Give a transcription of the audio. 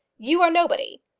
you are nobody.